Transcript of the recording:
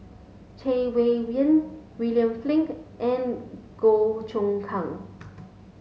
Chay Weng Yew William Flint and Goh Choon Kang